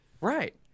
Right